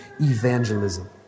evangelism